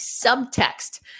subtext